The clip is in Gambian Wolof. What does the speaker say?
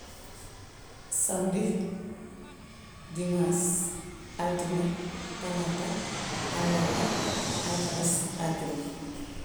Samdi, dimaas, altine, talaata, àllarba, alxames, ajjuma.